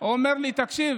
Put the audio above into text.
והוא אומר לי: תקשיב,